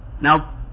Now